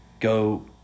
Go